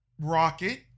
rocket